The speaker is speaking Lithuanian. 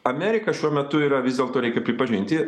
amerika šiuo metu yra vis dėlto reikia pripažinti